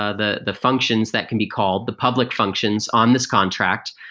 ah the the functions that can be called, the public functions on this contract,